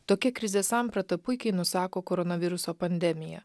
tokia krizės samprata puikiai nusako koronaviruso pandemiją